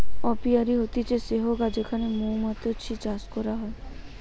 apiary হতিছে সেহগা যেখানে মৌমাতছি চাষ করা হয়